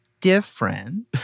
different